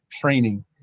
training